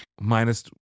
Minus